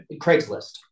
craigslist